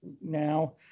now